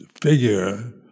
figure